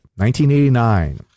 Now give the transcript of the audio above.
1989